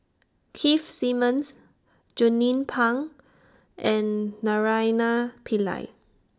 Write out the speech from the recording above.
Keith Simmons Jernnine Pang and Naraina Pillai